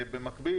ובמקביל,